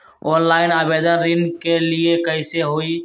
Online आवेदन ऋन के लिए कैसे हुई?